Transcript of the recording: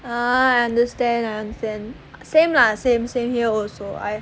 ah I understand I understand same lah same same here also I